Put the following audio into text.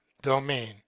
domain